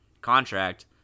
contract